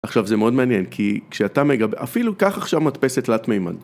עכשיו זה מאוד מעניין כי כשאתה מג.., אפילו קח עכשיו מדפסת תלת מימד